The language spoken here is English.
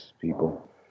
people